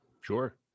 Sure